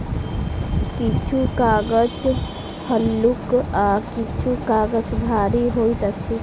किछु कागज हल्लुक आ किछु काजग भारी होइत अछि